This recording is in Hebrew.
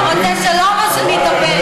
אתה רוצה שלום או שנתאבד?